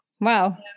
Wow